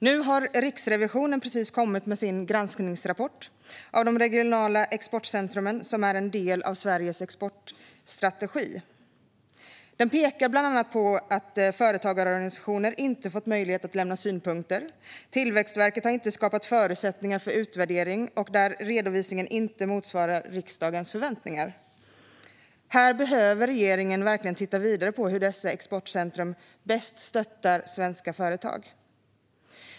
Nu har Riksrevisionen precis kommit med sin granskningsrapport om de regionala exportcentrumen, som är en del av Sveriges exportstrategi. Man pekar bland annat på att företagarorganisationer inte har fått möjlighet att lämna synpunkter. Tillväxtverket har inte skapat förutsättningar för utvärdering, och redovisningen motsvarar inte riksdagens förväntningar. Här behöver regeringen verkligen titta vidare på hur dessa exportcentrum bäst stöttar svenska företag.